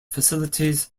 facilities